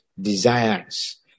desires